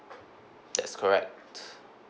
that's correct